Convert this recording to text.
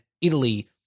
Italy